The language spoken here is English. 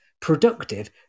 productive